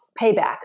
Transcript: payback